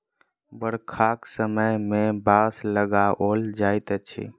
बरखाक समय मे बाँस लगाओल जाइत अछि